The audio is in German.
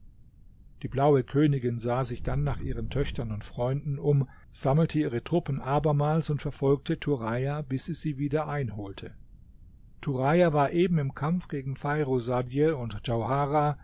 die blaue königin sah sich dann nach ihren töchtern und freunden um sammelte ihre truppen abermals und verfolgte turaja bis sie sie wieder einholte turaja war eben im kampf gegen feirusadj und